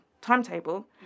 timetable